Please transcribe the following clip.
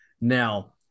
Now